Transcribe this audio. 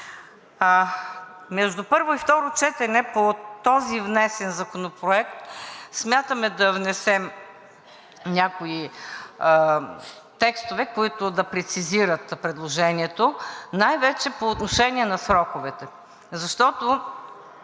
Между първо и второ четене по този внесен законопроект смятаме да внесем някои текстове, които да прецизират предложението най-вече по отношение на сроковете, защото